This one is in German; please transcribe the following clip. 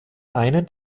einem